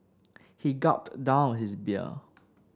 he gulped down his beer